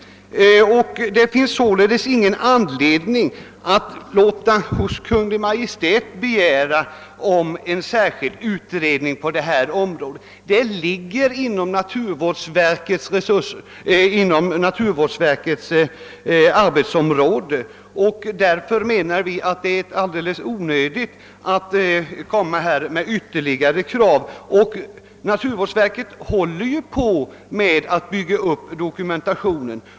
Det finns således ingen anledning att hos Kungl. Maj:t begära en särskild utredning i detta avseende. Frågan ligger inom naturvårdsverkets arbetsområde, och därför är det enligt vår mening alldeles onödigt att resa ytterligare krav. Naturvårdsverket håller nu på att bygga upp dokumentationen.